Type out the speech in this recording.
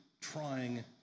trying